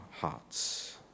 hearts